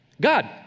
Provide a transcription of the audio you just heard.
God